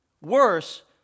Worse